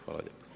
Hvala lijepo.